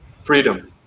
Freedom